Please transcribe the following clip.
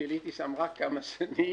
ביליתי שם "רק" כמה שנים